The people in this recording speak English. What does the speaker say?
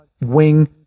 wing